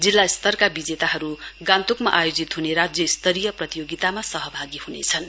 जिल्ला स्तरका विजेताहरू गान्तोकमा आयोजित हुने राज्य स्तरीय प्रतियोगितामा सहभागी हुनेछन्